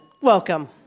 Welcome